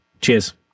cheers